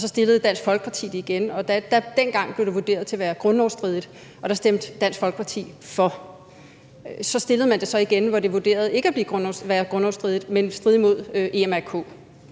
så fremsatte Dansk Folkeparti det igen, og dengang blev det vurderet til at være grundlovsstridigt, og der stemte Dansk Folkeparti for. Så fremsatte man det igen, hvor det blev vurderet til ikke at være grundlovsstridigt, men at det ville